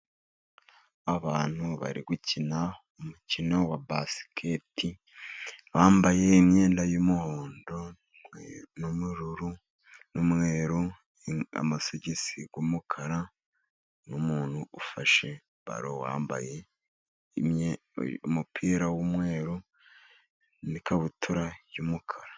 Abantu bari gukina umukino wa basiketi. Bambaye imyenda y'umuhondo n'ubururu n'umweru, amasogisi y'umukara n'umuntu ufashe baro wambaye umupira w'umweru n'ikabutura y'umukara.